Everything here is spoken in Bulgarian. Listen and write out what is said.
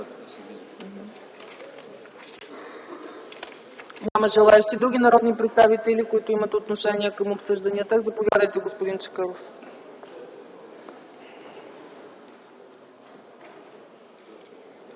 Няма желаещи. Други народни представители, които имат отношение към обсъждания текст? Заповядайте, господин Чакъров.